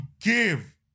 give